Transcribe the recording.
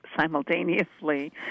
simultaneously